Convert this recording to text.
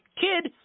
kid